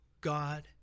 God